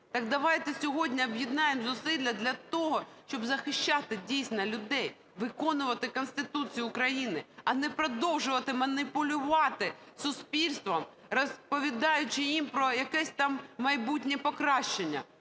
Так давайте сьогодні об'єднаємо зусилля для того, щоб захищати, дійсно, людей, виконувати Конституцію України, а не продовжувати маніпулювати суспільством, розповідаючи їм про якесь там майбутнє покращання,